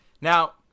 Now